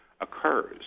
occurs